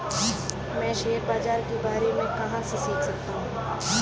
मैं शेयर बाज़ार के बारे में कहाँ से सीख सकता हूँ?